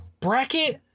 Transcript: Bracket